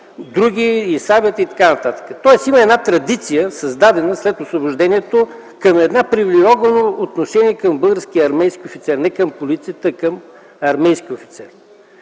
други, сабята и т.н. Тоест има традиция, създадена след Освобождението, към едно привилегировано отношение към българския армейски офицер – не към полицията, а към армейския офицер.